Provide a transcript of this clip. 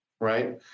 Right